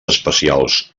especials